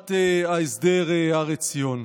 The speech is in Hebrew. בישיבת ההסדר הר עציון.